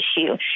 issue